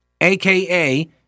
aka